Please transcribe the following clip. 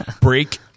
Break